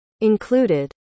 included